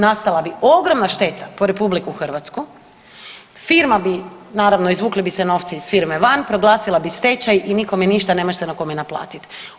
Nastala bi ogromna šteta po RH, firma bi naravno izvukli bi se novci iz firme van, proglasila bi stečaj i nikome ništa, nemaš se na kome naplatiti.